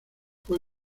fue